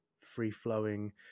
free-flowing